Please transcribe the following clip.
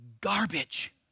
garbage